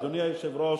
אדוני היושב-ראש,